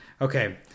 Okay